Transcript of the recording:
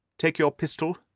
take your pistol,